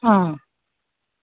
आं